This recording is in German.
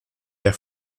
der